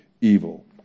evil